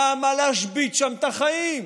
למה להשבית שם את החיים?